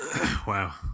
Wow